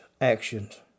actions